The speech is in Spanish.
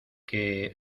que